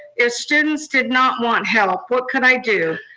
if students did not want help, what could i do?